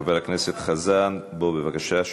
חבר הכנסת חזן, בוא, בבקשה.